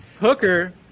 Hooker